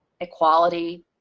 equality